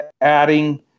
adding